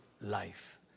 life